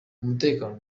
umutekano